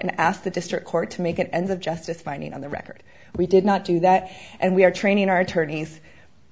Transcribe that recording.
and ask the district court to make it and of justice finding on the record we did not do that and we are training our attorneys